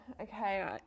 okay